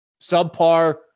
subpar